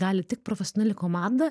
gali tik profesionali komanda